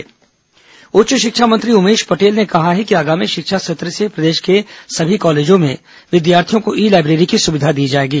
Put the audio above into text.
ई library उच्च शिक्षा मंत्री उमेश पटेल ने कहा कि आगामी शिक्षा सत्र से प्रदेश के सभी कॉलेजों में विद्यार्थियों को ई लाईब्रेरी की सुविधा दी जाएगी